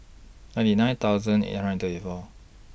ninety nine thousand eight hundred and thirty four